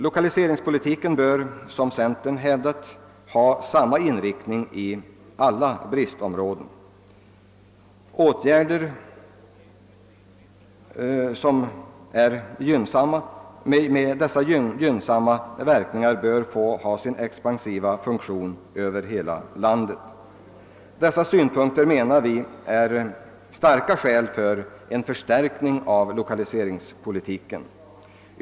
Lokaliseringspolitiken bör, vilket centern hävdat, ha samma inriktning i alla bristområden. Åtgärder med gynnsamma verkningar bör få ha sin expansiva funktion över hela landet när så anses erforderligt. Dessa synpunkter talar, enligt vår mening, för en förstärkning av lokaliseringspolitiken.